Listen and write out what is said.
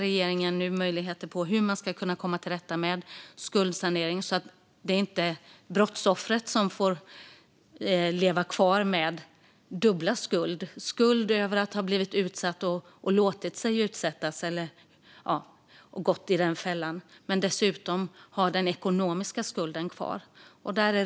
Regeringen ser möjligheter när det gäller hur man ska komma till rätta med skuldsanering så att det inte blir brottsoffret som får leva med en dubbel skuld - skulden över att ha blivit utsatt eller låtit sig utsättas och att ha gått i den fällan samt den ekonomiska skulden.